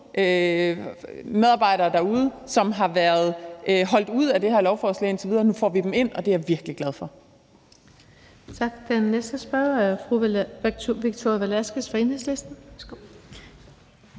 sosu-medarbejdere derude, som har været holdt ude af det her lovforslag indtil nu; nu får vi dem ind, og det er jeg virkelig glad for.